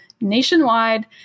nationwide